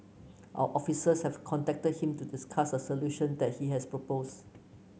our officers have contacted him to discuss a solution that he has proposed